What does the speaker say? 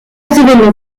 évènements